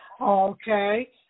Okay